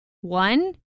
One